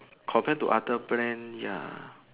compared to other brand